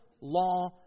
law